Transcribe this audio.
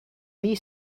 lee